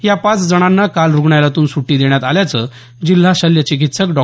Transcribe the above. या पाच जणांना काल रुग्णालयातून सुटी देण्यात आल्याचं जिल्हा शल्य चिकित्सक डॉ